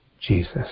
Jesus